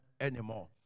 anymore